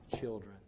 children